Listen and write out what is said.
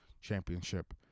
championship